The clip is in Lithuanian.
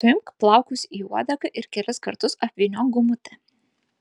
suimk plaukus į uodegą ir kelis kartus apvyniok gumute